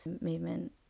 movement